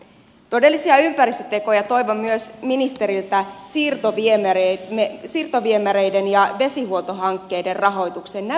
todellisia ympäristötekoja toivon ministeriltä myös siirtoviemäreiden ja vesihuoltohankkeiden rahoitukseen